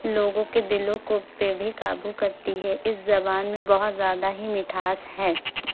لوگوں کے دلوں کو پہ بھی قابو کرتی ہے اس زبان میں بہت زیادہ ہی مٹھاس ہے